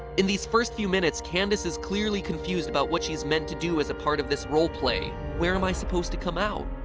in these first few minutes candace is clearly confused about what she's meant to do as a part of this roleplay. where am i supposed to come out?